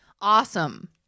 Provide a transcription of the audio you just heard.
awesome